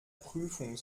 prüfung